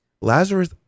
Lazarus